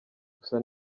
gusa